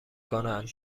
کنند